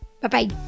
Bye-bye